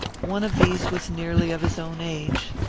one of these was nearly of his own age.